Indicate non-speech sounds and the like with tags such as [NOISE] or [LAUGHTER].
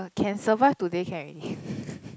can survive today can already [BREATH]